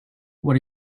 what